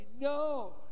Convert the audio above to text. No